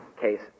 case